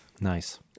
Nice